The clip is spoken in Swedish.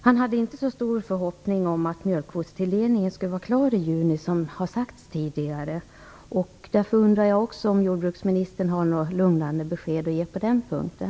Han hade inte så stor förhoppning om att mjölkkvotstilldelningen skall vara klar i juni, som tidigare har sagts. Därför undrar jag också om jordbruksministern har något lugnande besked att ge på den punkten.